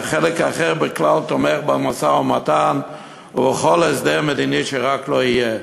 והחלק האחר בכלל תומך במשא-ומתן ובכל הסדר מדיני שרק לא יהיה.